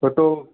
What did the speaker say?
ছোটো